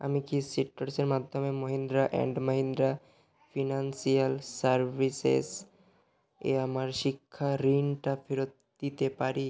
আমি কি সিট্রাসের মাধ্যমে Mahindra and Mahindra financial services এ আমার শিক্ষা ঋণটা ফেরত দিতে পারি